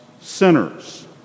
sinners